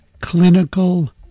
clinical